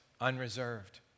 unreserved